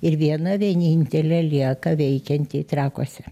ir viena vienintelė lieka veikianti trakuose